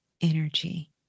energy